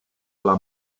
alla